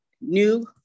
new